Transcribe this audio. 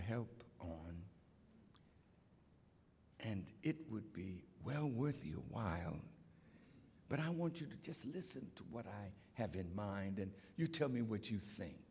help on and it would be well worth your while but i want you to just listen to what i have in mind and you tell me what you